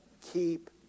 keep